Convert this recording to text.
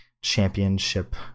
Championship